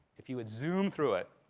if you would zoom through it,